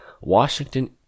Washington